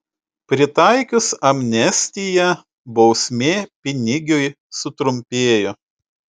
pritaikius amnestiją bausmė pinigiui sutrumpėjo